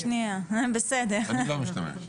אני לא משתמש.